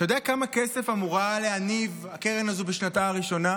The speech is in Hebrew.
אתה יודע כמה כסף אמורה להניב הקרן הזו בשנתה הראשונה?